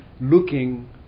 looking